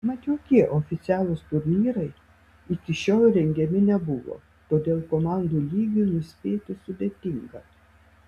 mat jokie oficialūs turnyrai iki šiol rengiami nebuvo todėl komandų lygį nuspėti sudėtinga